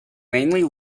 mainly